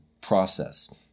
process